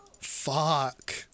fuck